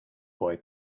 boy